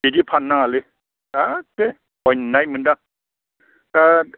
बिदि फाननो नाङालै एख्खे अयनाय मोनदों आं बिराद